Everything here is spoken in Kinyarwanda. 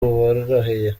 buboroheye